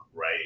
right